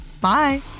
Bye